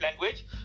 language